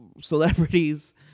celebrities